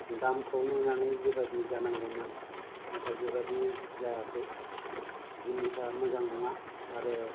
दामखौ नायनानै जेबायदि जानांगौमोन नाथाय बेबायदि जायाखै जिनिसआ मोजां नङा आरो